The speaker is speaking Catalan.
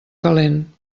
calent